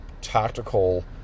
tactical